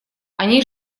они